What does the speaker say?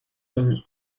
him